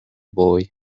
boy